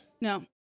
No